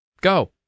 Go